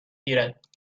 گیرد